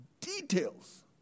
Details